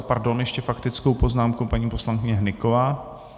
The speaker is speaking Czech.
Pardon, ještě s faktickou poznámkou paní poslankyně Hnyková.